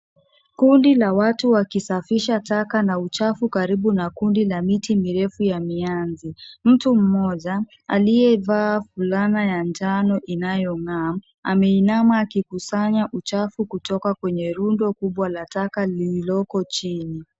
Kundi la watu wakisafisha taka na uchafu karibu na kundi la miti mirefu ya mianzi. mtu mmoja, aliyevaa fulana ya njano inayong'aa, ameinama akikusanya uchafu kutoka kwenye rundo kubwa la taka lililoko chini.